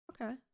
okay